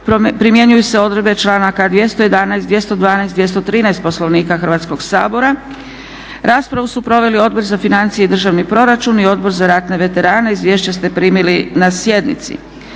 primjenjuju se odredbe članaka 211., 212., 213. Poslovnika Hrvatskog sabora. Raspravu su proveli Odbor za financije i državni proračun i Odbor za ratne veterane. Izvješća ste primili na sjednici.